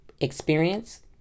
experience